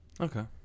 okay